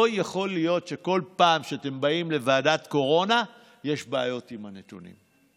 לא יכול להיות שכל פעם שאתם באים לוועדת קורונה יש בעיות עם הנתונים.